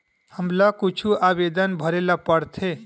हमला कुछु आवेदन भरेला पढ़थे?